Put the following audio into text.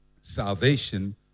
salvation